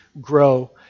grow